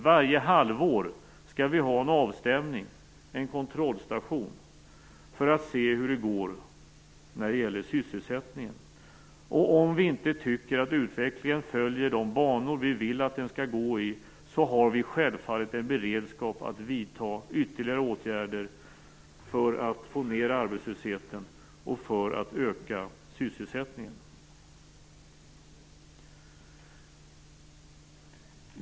Varje halvår skall vi ha en avstämning, en kontrollstation, för att se hur det går när det gäller sysselsättningen. Om vi inte tycker att utvecklingen följer de banor som vi vill att den skall gå i, har vi självfallet en beredskap för att vidta ytterligare åtgärder för att få ned arbetslösheten och öka sysselsättningen.